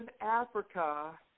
Africa